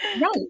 Right